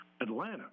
Atlanta